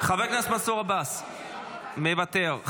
חבר הכנסת מנסור עבאס, מוותר.